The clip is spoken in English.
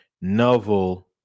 novel